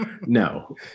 no